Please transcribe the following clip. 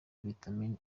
vitamine